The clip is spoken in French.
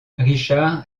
richard